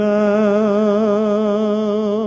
now